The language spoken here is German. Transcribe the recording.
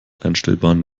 einstellbaren